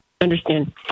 understand